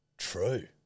true